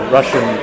Russian